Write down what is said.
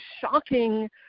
shocking